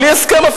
בלי הסכם,